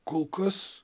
kol kas